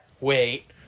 wait